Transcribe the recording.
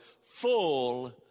full